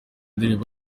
ndirimbo